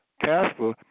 casper